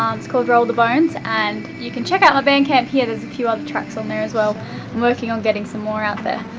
um it's called roll the bones, and you can check out our bandcamp here. there's a few other tracks on there as well, i'm working on getting some more out there.